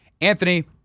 Anthony